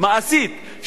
מעשית,